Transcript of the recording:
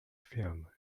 film